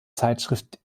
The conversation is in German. zeitschrift